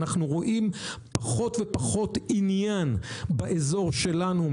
אנחנו רואים פחות ופחות עניין באזור שלנו,